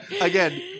Again